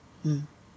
mm